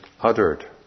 uttered